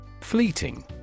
Fleeting